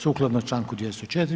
Sukladno članku 204.